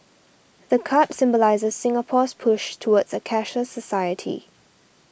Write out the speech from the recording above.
the card symbolises Singapore's push towards a cashless society